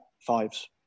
fives